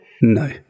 no